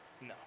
no